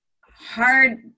hard